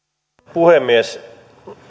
puhemies